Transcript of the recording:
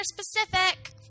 specific